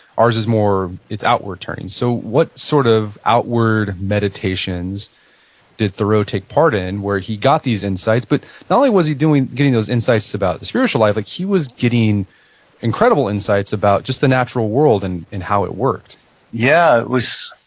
ours is more, it's outward turning. so what sort of outward meditations did thoreau take part in where he got these insights but not only was he getting those insights about the spiritual life, like he was getting incredible insights about just the natural world and how it worked yeah, it was,